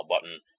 button